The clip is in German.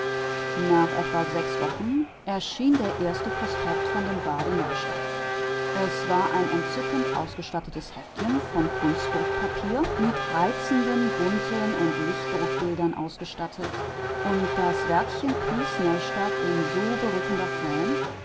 nach etwa sechs wochen erschien der erste prospekt von dem bade neustadt es war ein entzückend ausgestattetes heftchen von kunstdruckpapier mit reizenden bunten und lichtdruckbildern ausgestattet und das werkchen pries neustadt in so berückender form